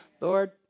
Lord